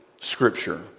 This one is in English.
Scripture